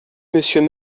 monsieur